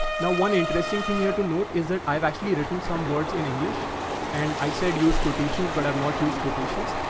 now, one interesting thing here to note is that i've actually written some words in english and i said use quotations, but i've not used quotations.